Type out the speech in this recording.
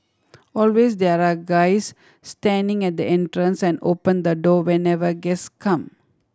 always there are guys standing at the entrance and open the door whenever guest come